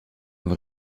voor